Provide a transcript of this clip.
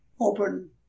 open